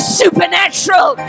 supernatural